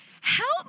Help